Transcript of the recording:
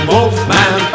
Wolfman